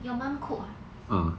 your mom cook ah